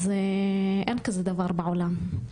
אין כזה דבר בעולם.